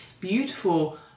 beautiful